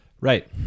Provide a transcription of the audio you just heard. Right